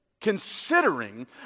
considering